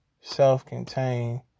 self-contained